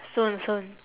soon soon